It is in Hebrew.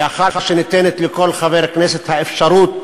לאחר שניתנת לכל חבר כנסת אפשרות